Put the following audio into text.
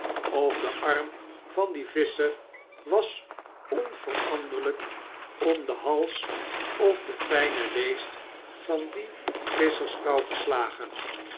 of de arm van dien visscher was onveranderlyk om den hals of de fijne leest van die visschersvrouw geslagen